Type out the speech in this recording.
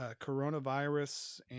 coronavirus